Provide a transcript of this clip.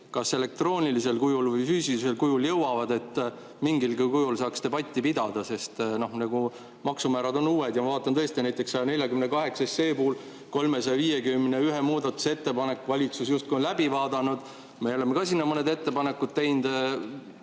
kas elektroonilisel kujul või füüsilisel kujul jõuavad, et mingilgi kujul saaks debatti pidada? Maksumäärad on uued. Ma vaatan tõesti, näiteks 148 SE puhul 351 muudatusettepanekut valitsus justkui on läbi vaadanud, me oleme ka sinna mõned ettepanekud teinud.